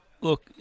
Look